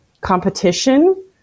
competition